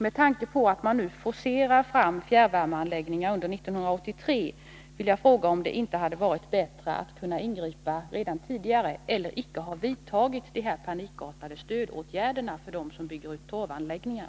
Med tanke på att man nu forcerar fram fjärrvärmeanläggningar under 1983 vill jag fråga om det inte hade varit bättre att kunna ingripa redan tidigare eller att icke ha vidtagit dessa panikartade stödåtgärder för dem som bygger ut torvanläggningar.